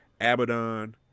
Abaddon